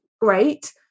great